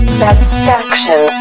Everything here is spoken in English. satisfaction